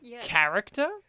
character